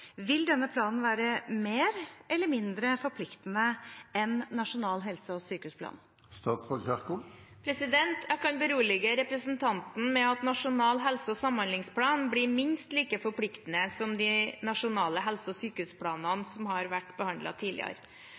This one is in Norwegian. Vil denne planen være mer eller mindre forpliktende enn nasjonal helse- og sykehusplan?» Jeg kan berolige representanten med at Nasjonal helse- og samhandlingsplan vil bli minst like forpliktende som de nasjonale helse- og sykehusplanene som har vært behandlet tidligere. Nasjonal helse- og samhandlingsplan skal, på samme måte som de tidligere